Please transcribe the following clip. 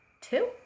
two